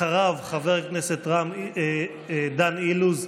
אחריו, חבר הכנסת דן אילוז.